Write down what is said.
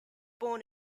born